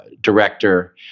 director